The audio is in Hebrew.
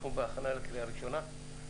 אנחנו בהכנה לקריאה ראשונה,